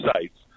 sites